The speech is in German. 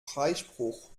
freispruch